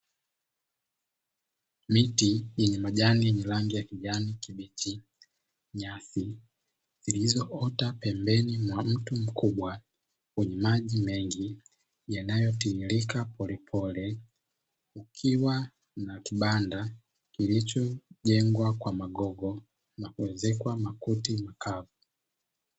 Miti yenye majani ya kijani kibichi, nyasi zilizoota pembeni mwa mto mkubwa wenye maji mengi yanayotiririka polepole, kukiwa na kibanda kilichojengwa kwa magogo na kuezekwa makuti makavu.